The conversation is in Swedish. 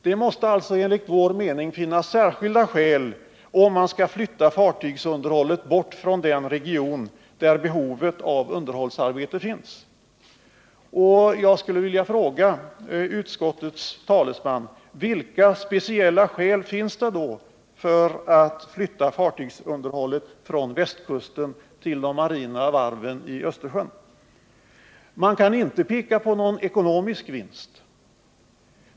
Det måste alltså finnas särskilda skäl om man skall flytta fartygsunderhållet bort från den region där behovet av underhållsarbete finns. Jag skulle vilja fråga utskottets talesman: Vilka speciella skäl finns då för att flytta fartygsunderhållet från västkusten till de marina varven i Östersjön? Man kan inte peka på någon ekonomisk vinst.